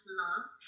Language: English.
love